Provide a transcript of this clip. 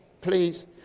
Please